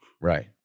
Right